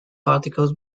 particles